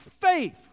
faith